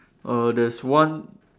err there's one